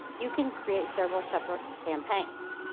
you can create several separate campaigns.